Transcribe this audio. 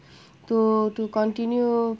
to to continue